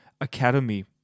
Academy